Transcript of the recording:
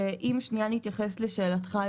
ואם נתייחס לשאלתך,